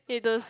feel those